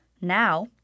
Now